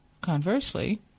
conversely